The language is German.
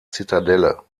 zitadelle